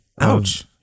Ouch